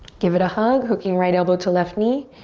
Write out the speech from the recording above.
give it a hug. hooking right elbow to left knee.